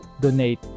donate